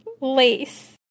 Lace